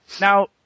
now